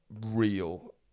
real